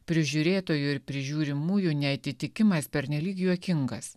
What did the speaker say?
prižiūrėtojų ir prižiūrimųjų neatitikimas pernelyg juokingas